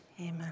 Amen